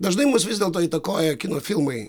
dažnai mus vis dėlto įtakoja kino filmai